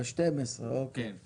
אוקיי.